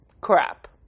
crap